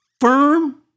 firm